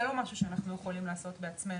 זה לא משהו שאנחנו יכולים לעשות בעצמנו,